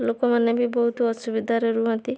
ଲୋକମାନେ ବି ବହୁତ ଅସୁବିଧାରେ ରୁହନ୍ତି